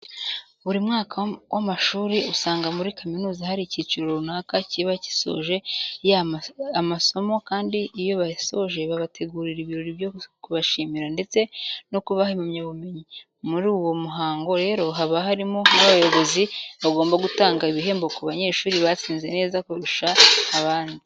Buri mwaka w'amashuri usanga muri kaminuza hari icyiciro runaka kiba cyasoje masomo kandi iyo bayasoje babategurira ibirori byo kubashimira ndetse no kubaha impamyabumenyi. Muri uwo muhango rero haba harimo n'abayobozi bagomba gutanga ibihembo ku banyeshuri batsinze neza kurusha abandi.